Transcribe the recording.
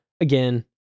again